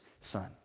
son